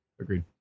agreed